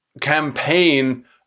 campaign